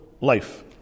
life